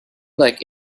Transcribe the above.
like